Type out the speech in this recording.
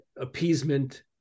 appeasement